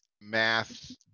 math